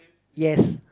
yes